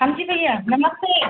हाँ जी भैया नमस्ते